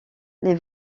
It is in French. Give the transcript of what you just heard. les